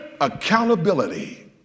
accountability